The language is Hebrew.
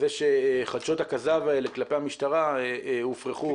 בזה שחדשות הכזב האלה כלפי המשטרה הופרכו על ידי אותו תיעוד.